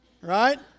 right